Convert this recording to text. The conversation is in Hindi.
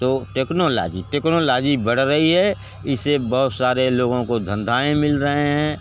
तो टेक्नोलाजी टेक्नोलाजी बढ़ रही है इससए बहुत सारे लोगों को धंधे मिल रहे हैं